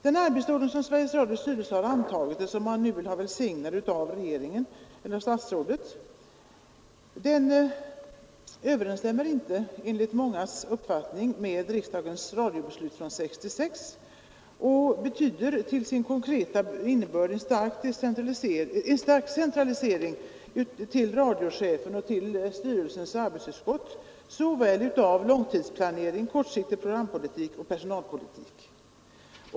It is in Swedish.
Den arbetsordning som Sveriges Radios styrelse antagit och som man nu vill ha välsignad av statsrådet överensstämmer enligt mångas uppfattning inte med riksdagens radiobeslut från år 1966. Den betyder konkret en stark centralisering till radiochefen liksom till styrelsen och dess arbetsutskott av såväl långtidsplanering som kortsiktig programpolitik och personalpolitik.